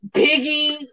biggie